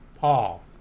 Paul